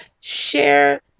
Share